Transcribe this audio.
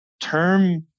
term